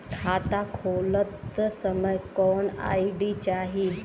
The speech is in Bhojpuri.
खाता खोलत समय कौन आई.डी चाही?